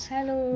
Hello